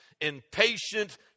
impatient